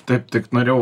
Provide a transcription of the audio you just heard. taip tik norėjau